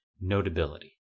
notability